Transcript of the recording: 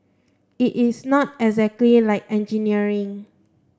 it is not exactly like engineering